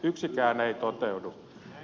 yksikään ei toteudu